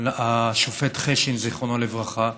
השופט חשין, זיכרונו לברכה: